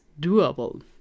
doable